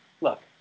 Look